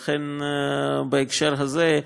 לכן, בהקשר הזה,